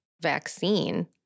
vaccine